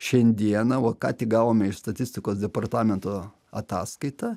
šiandieną vo ką tik gavome iš statistikos departamento ataskaitą